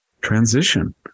transition